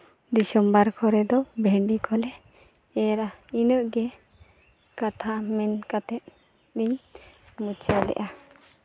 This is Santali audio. ᱰᱤᱥᱮᱢᱵᱚᱨ ᱠᱚᱨᱮ ᱫᱚ ᱵᱷᱮᱱᱰᱤ ᱠᱚᱞᱮ ᱮᱨᱟ ᱤᱱᱟᱹᱜ ᱜᱮ ᱠᱟᱛᱷᱟ ᱢᱮᱱ ᱠᱟᱛᱮᱫ ᱤᱧ ᱢᱩᱪᱟᱹᱫᱮᱜᱼᱟ